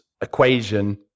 equation